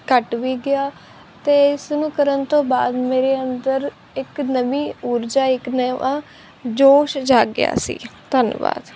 ਘੱਟ ਵੀ ਗਿਆ ਅਤੇ ਇਸਨੂੰ ਕਰਨ ਤੋਂ ਬਾਅਦ ਮੇਰੇ ਅੰਦਰ ਇੱਕ ਨਵੀਂ ਊਰਜਾ ਇੱਕ ਨਵਾਂ ਜੋਸ਼ ਜਾਗ ਗਿਆ ਸੀ ਧੰਨਵਾਦ